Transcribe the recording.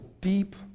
deep